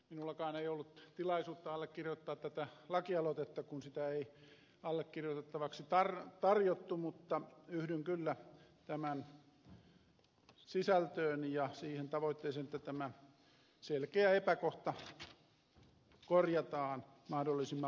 minullakaan ei ollut tilaisuutta allekirjoittaa tätä lakialoitetta kun sitä ei allekirjoitettavaksi tarjottu mutta yhdyn kyllä tämän sisältöön ja siihen tavoitteeseen että tämä selkeä epäkohta korjataan mahdollisimman pian